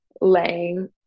laying